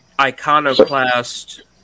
iconoclast